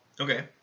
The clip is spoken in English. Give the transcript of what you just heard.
Okay